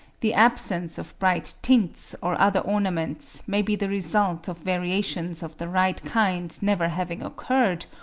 the absence of bright tints or other ornaments may be the result of variations of the right kind never having occurred,